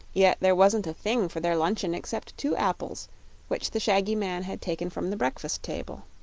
yet there wasn't a thing for their luncheon except two apples which the shaggy man had taken from the breakfast table.